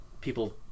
people